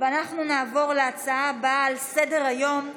נעבור להצעה הבאה על סדר-היום,